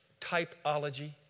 typology